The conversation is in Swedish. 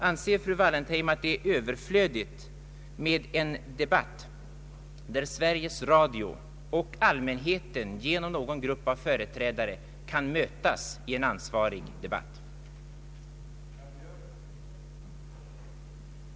Anser fru Wallentheim att det är överflödigt med en debatt där Sveriges Radio och allmänheten företrädd av ansvariga representanter kan mötas i en debatt om programpolicy och programplanering?